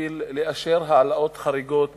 בשביל לאשר העלאות חריגות